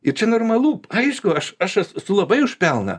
ir čia normalu aišku aš aš esu labai už pelną